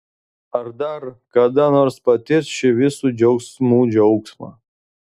ar dar kada nors patirs šį visų džiaugsmų džiaugsmą